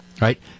right